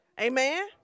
Amen